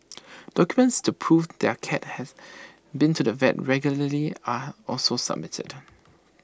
documents to prove their cat has been to the vet regularly are also submitted